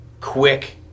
quick